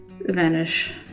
Vanish